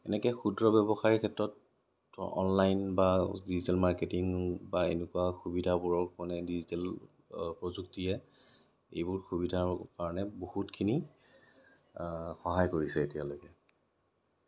এনেকৈ ক্ষুদ্ৰ ব্যৱসায়ৰ ক্ষেত্ৰত অনলাইন বা ডিজিটেল মাৰ্কেটিং বা এনেকুৱা সুবিধবোৰৰ মানে ডিজিটেল প্ৰযুক্তিয়ে এইবোৰ সুবিধাৰ কাৰণে বহুতখিনি সহায় কৰিছে এতিয়ালৈকে